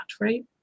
right